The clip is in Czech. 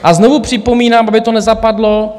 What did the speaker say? A znovu připomínám, aby to nezapadlo.